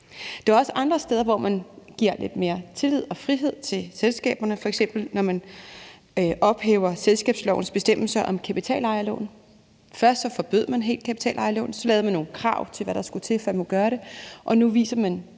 Der også andre steder, hvor man viser lidt mere tillid og giver lidt mere frihed til selskaberne, f.eks. når man ophæver selskabslovens bestemmelse om kapitalejerlån. Først forbød man helt kapitalejerlån, så lavede man nogle krav om, hvad der skulle til, for at man måtte